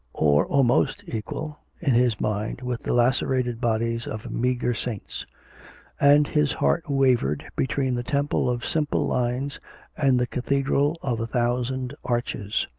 or almost equal, in his mind with the lacerated bodies of meagre saints and his heart wavered between the temple of simple lines and the cathedral of a thousand arches.